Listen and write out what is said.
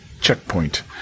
checkpoint